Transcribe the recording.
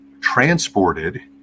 transported